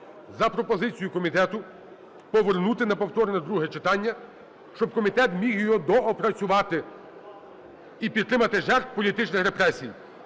за пропозицією комітету повернути на повторне друге читання, щоб комітет міг його доопрацювати і підтримати жертв політичних репресій.